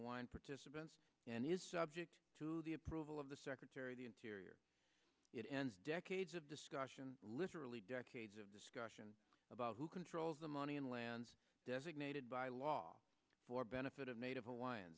hawaiian participants and is subject to the approval of the secretary of the interior it ends decades of discussion literally decades of discussion about who controls the money in lands designated by law for benefit of native hawaiian